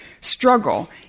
struggle